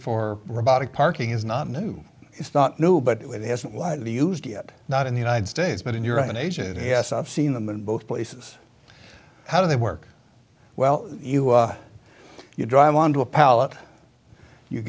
for robotic parking is not new it's not new but it hasn't widely used yet not in the united states but in europe and asia he has seen them in both places how do they work well you drive onto a pallet you